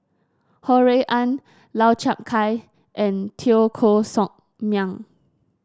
Ho Rui An Lau Chiap Khai and Teo Koh Sock Miang